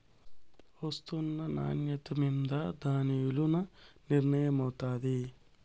ఒస్తున్న నాన్యత మింద దాని ఇలున నిర్మయమైతాది